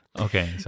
Okay